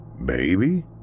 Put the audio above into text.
Baby